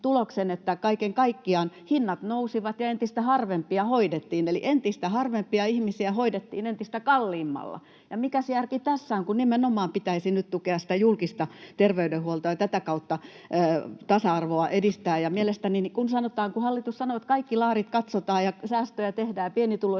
että kaiken kaikkiaan hinnat nousivat ja entistä harvempia hoidettiin, eli entistä harvempia ihmisiä hoidettiin entistä kalliimmalla. Mikäs järki tässä on, kun nimenomaan pitäisi nyt tukea sitä julkista terveydenhuoltoa ja tätä kautta tasa-arvoa edistää? Niin kuin hallitus sanoo, kaikki laarit katsotaan ja säästöjä tehdään,